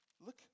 look